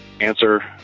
answer